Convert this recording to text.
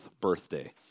birthday